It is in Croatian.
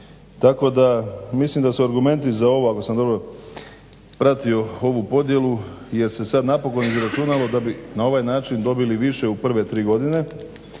Tako da mislim da su argumenti za ovo ako sam dobro pratio ovu podjelu jer se sad napokon izračunalo da bi na ovaj način dobili više u prve tri godine